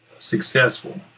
successful